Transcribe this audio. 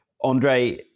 Andre